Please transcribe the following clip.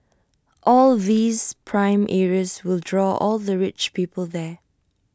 all these prime areas will draw all the rich people there